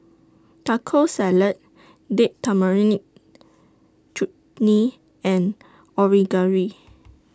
Taco Salad Date Tamarind Chutney and